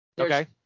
okay